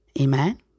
Amen